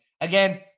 again